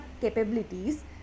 capabilities